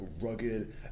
rugged